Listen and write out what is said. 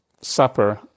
supper